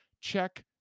Check